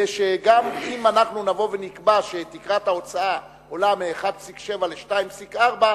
שגם אם נקבע שתקרת ההוצאה עולה מ-1.7% ל-2.4%,